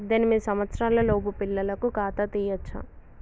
పద్దెనిమిది సంవత్సరాలలోపు పిల్లలకు ఖాతా తీయచ్చా?